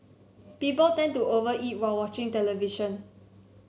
people tend to over eat while watching the television